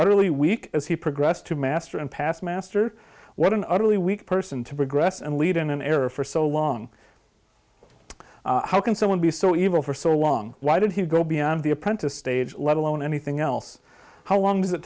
utterly weak as he progressed to master and past master what an utterly weak person to progress and lead in an era for so long how can someone be so evil for so long why did he go beyond the apprentice stage let alone anything else how long does it